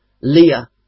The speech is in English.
Leah